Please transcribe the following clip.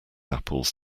apples